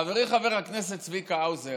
חברי חבר הכנסת צביקה האוזר,